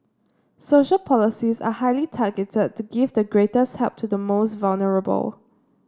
social policies are highly targeted to give the greatest help to the most vulnerable